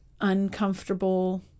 uncomfortable